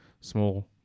small